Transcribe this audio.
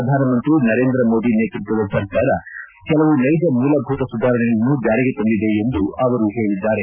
ಪ್ರಧಾನಮಂತ್ರಿ ನರೇಂದ್ರ ಮೋದಿ ನೇತೃತ್ವದ ಸರ್ಕಾರ ಕೆಲವು ನೈಜ ಮೂಲಭೂತ ಸುಧಾರಣೆಗಳನ್ನು ಜಾರಿಗೆ ತಂದಿದೆ ಎಂದು ಅವರು ಹೇಳಿದ್ದಾರೆ